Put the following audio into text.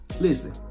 Listen